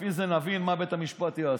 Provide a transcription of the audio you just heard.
ולפי זה נבין מה בית המשפט יעשה.